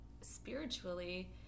spiritually